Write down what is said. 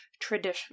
traditional